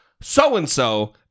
so-and-so